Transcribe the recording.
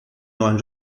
neuen